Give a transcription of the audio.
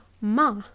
ma